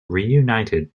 reunited